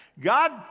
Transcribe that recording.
God